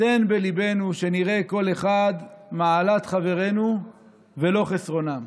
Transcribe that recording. תן בליבנו שנראה כל אחד מעלת חברינו ולא חסרונם".